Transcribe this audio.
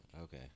Okay